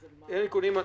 אנחנו יכולים לבקש.